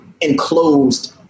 enclosed